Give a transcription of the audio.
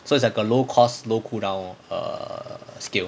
so it's like a low cost low cool down lor err skill